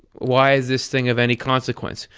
why is this thing of any consequence?